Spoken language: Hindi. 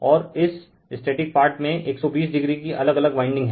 और इस स्टेटिक पार्ट में 120o की अलग अलग वाइंडिग है